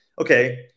okay